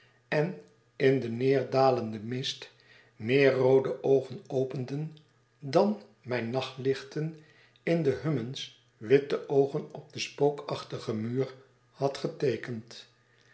en in den neerdalenden mist meer roode oogen openden dan mijn nachtlicht in de hu m m u n s witte oogen op den spookachtigen muur had geteekend